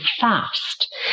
fast